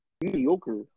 mediocre